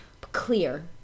clear